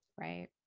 Right